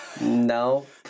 Nope